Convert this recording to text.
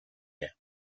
air